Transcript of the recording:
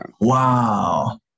wow